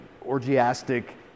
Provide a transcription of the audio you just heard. orgiastic